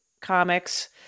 comics